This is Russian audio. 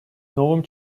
новым